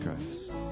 Christ